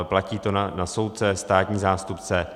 Platí to na soudce, státní zástupce.